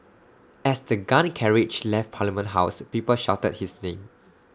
as the gun carriage left parliament house people shouted his name